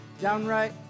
downright